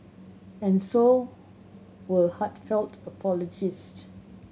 and so were heartfelt apologies